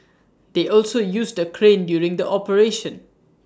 they also used A crane during the operation